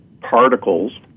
particles